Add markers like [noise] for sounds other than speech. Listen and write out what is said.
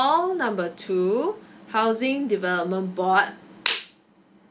call number two housing development board [noise]